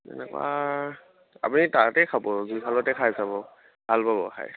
তেনেকুৱা আপুনি তাতেই খাব জুইশালতে খাই চাব ভাল পাব খাই